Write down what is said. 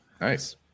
Nice